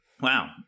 Wow